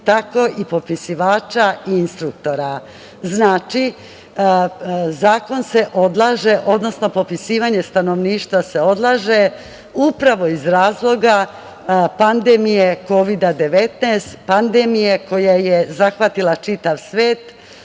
tako i popisivača i instruktora. Znači, zakon se odlaže, odnosno popisivanje stanovništva se odlaže, upravo iz razloga pandemije Kovida-19, pandemije koja je zahvatila čitav svet,